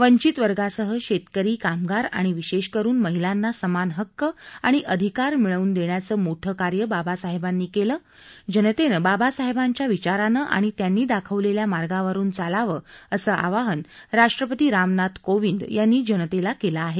वंचित वर्गासह शेतकरी कामगार आणि विशेष करून महिलांना समान हक्क आणि अधिकार मिळवून देण्याचं मोठं कार्य बाबासाहेबानी केलं जनतेनं बाबासाहेबांच्या विचारानं आणि त्यांनी दाखवलेल्या मार्गावरून चालावं असं आवाहन राष्ट्रपतींनी जनतेला केलं आहे